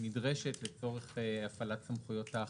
הנדרשת לצורך הפעלת סמכויות האכיפה.